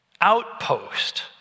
outpost